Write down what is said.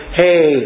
hey